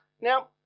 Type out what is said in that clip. Now